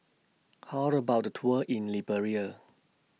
How about A Tour in Liberia